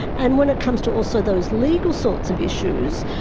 and when it comes to also those legal sorts of issues,